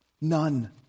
None